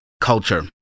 culture